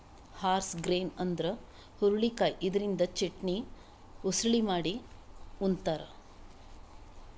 horse grain ಅಂದ್ರ ಹುರಳಿಕಾಯಿ ಇದರಿಂದ ಚಟ್ನಿ, ಉಸಳಿ ಮಾಡಿ ಉಂತಾರ್